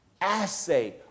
assay